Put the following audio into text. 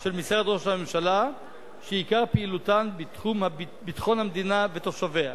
של משרד ראש הממשלה שעיקר פעילותן בתחום ביטחון המדינה ותושביה.